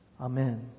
Amen